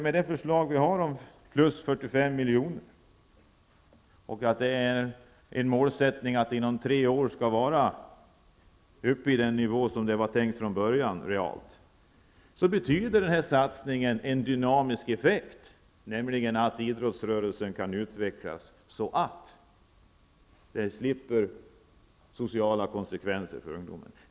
Med vårt förslag om ytterligare 45 miljoner, och en målsättning att stödet inom tre år realt skall vara uppe den nivå som var tänkt från början, ger satsningen en dynamisk effekt, nämligen att idrottsrörelsen kan utvecklas så att vi slipper sociala konsekvenser för ungdomen.